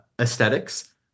Aesthetics